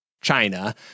china